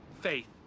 faith